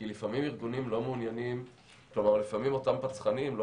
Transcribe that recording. הסיבה היא כיוון שלפעמים אותם פצחנים לא